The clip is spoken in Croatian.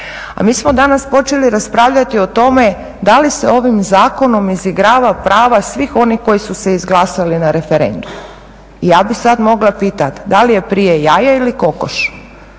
A mi smo danas počeli raspravljati o tome da li se ovim zakonom izigrava prava svih onih koji su se izglasali na referendumu. Ja bih sad mogla pitati da li je prije jaje ili kokoš?